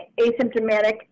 asymptomatic